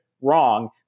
wrong